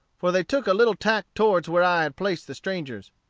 for they took a little tack towards where i had placed the strangers.